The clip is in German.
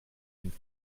den